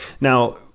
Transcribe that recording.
Now